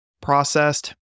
processed